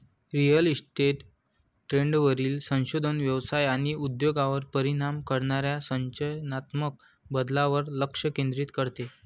real estate ट्रेंडवरील संशोधन व्यवसाय आणि उद्योगावर परिणाम करणाऱ्या संरचनात्मक बदलांवर लक्ष केंद्रित करते